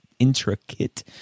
intricate